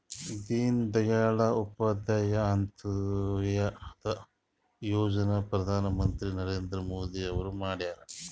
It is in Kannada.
ದೀನ ದಯಾಳ್ ಉಪಾಧ್ಯಾಯ ಅಂತ್ಯೋದಯ ಯೋಜನಾ ಪ್ರಧಾನ್ ಮಂತ್ರಿ ನರೇಂದ್ರ ಮೋದಿ ಅವ್ರು ಮಾಡ್ಯಾರ್